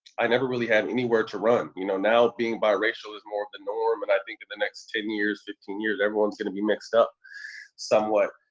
i never really had anywhere to run. you know, now being biracial is more of the norm. and i think in the next ten years, fifteen years, everyone's gonna be mixed up somewhat.